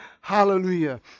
hallelujah